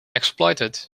exploited